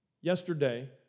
Yesterday